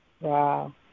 Wow